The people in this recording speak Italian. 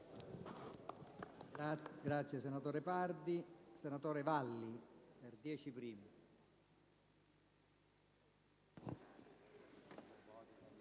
Grazie